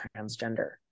transgender